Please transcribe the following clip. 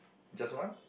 just one